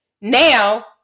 Now